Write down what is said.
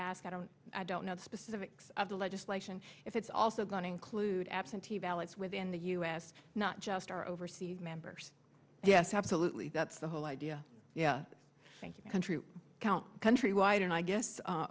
ask i don't i don't know the specifics of the legislation if it's also going to include absentee ballots within the us not just our overseas members yes absolutely that's the whole idea yeah thank you country count countrywide and i guess